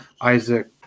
Isaac